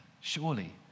surely